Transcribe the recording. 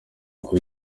uko